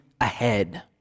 ahead